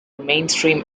mainstream